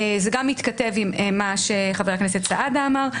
זה גם מתכתב עם מה שחבר הכנסת סעדה אמר.